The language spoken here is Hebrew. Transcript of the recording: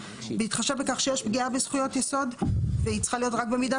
בהתחשב בכך שיש פגיעה בזכויות יסוד והיא צריכה להיות רק במידה